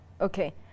okay